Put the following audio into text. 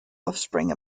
offspring